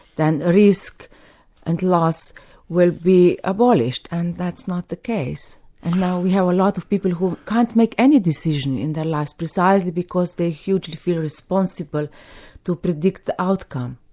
then risk and loss will be abolished', and that's not the case. and now we have a lot of people who can't make any decision in their lives, precisely because they hugely feel responsible to predict the outcome.